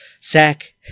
sack